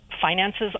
finances